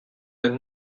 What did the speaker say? right